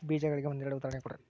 ಬೇಜಗಳಿಗೆ ಒಂದೆರಡು ಉದಾಹರಣೆ ಕೊಡ್ರಿ?